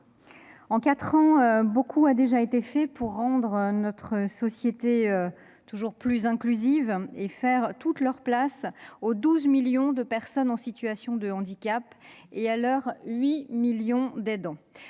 En quatre ans, beaucoup a déjà été accompli pour rendre notre société toujours plus inclusive et pour faire toute leur place aux 12 millions de personnes en situation de handicap et à leurs 8 millions d'aidants.